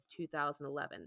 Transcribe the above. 2011